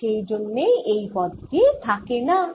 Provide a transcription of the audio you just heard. আর সেই জন্যই এই পদ টি ও থাকেনা